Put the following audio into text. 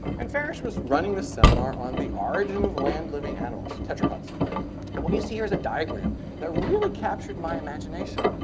and farish was running a seminar on the origin of land living animals, tetrapods. and what you see here is a diagram that really captured my imagination.